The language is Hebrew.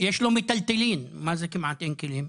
יש לו מיטלטלין, מה זה כמעט אין כלים?